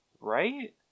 Right